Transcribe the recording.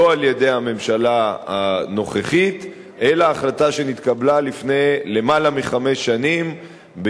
על-ידי הממשלה הנוכחית אלא החלטה שנתקבלה לפני יותר מחמש שנים,